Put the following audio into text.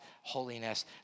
holiness